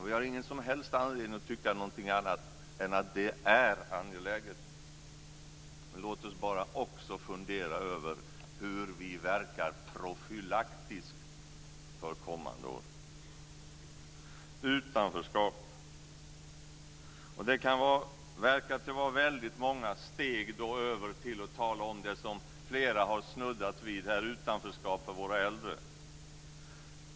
Vi har ingen som helst anledning att tycka annat än att det är angeläget. Låt oss bara också fundera över hur vi verkar profylaktiskt för kommande år. Utanförskap - då är det inte många steg över till att tala om det som flera av oss snuddat vid, nämligen utanförskap för våra äldre.